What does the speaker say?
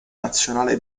nazionale